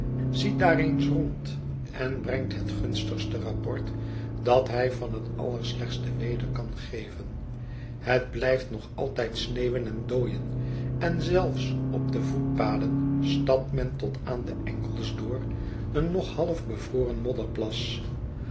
daat eens rond en brengt het gunstigste rapport dat hij van het allerslechtste weder kan geven het blijft nog altijd sneeuwen en dooien en zelfs op de voetpaden stapt men tot aan de enkels door een nog half bevroren